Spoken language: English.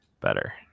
better